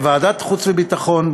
לוועדת החוץ והביטחון,